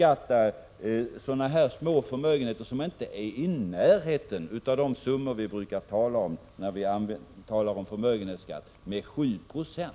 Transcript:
Det rör sig ju om förmögenheter som inte ens är i närheten av de summor som vi brukar tala om när det gäller förmögenhetsskatten.